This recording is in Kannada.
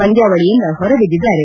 ಪಂದ್ಯಾವಳಯಿಂದ ಹೊರಬಿದ್ದಿದ್ದಾರೆ